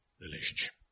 relationship